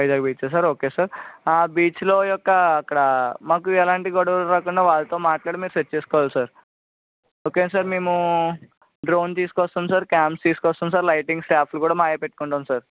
Vizag beach sir okay sir బీచ్లో యొక్క అక్కడ మాకు ఎలాంటి గొడవలు రాకుండా వాళ్ళతో మాట్లాడి మీరు సెట్ చేస్కోవాలి సార్ ఓకే నా సార్ మేము డ్రోన్ తీసుకొస్తాము సార్ క్యామ్స్ తీసుకొస్తాము సార్ లైటింగ్ స్టాఫ్ని కూడా మాయే పెట్టుకుంటాము సార్